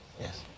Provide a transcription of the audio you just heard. Yes